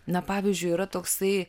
na pavyzdžiui yra toksai